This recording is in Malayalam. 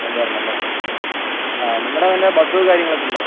കൊണ്ടുവരണം അല്ലേ ആ നിങ്ങളുടെ തന്നെ ബസ് കാര്യങ്ങളൊക്കെ ഉണ്ടോ